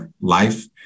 life